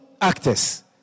actors